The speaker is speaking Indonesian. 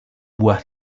buah